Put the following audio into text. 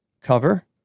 cover